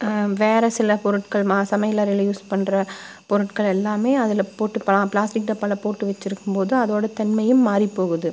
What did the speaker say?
வேற சில பொருட்கள் சமையல் அறையில் யூஸ் பண்ணுற பொருட்கள் எல்லாம் அதில் போட்டு இப்போல்லாம் பிளாஸ்டிக் டப்பாவில் போட்டு வெச்சுருக்கும்போது அதோட தன்மை மாறி போகுது